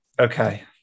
Okay